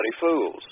fools